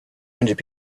hundred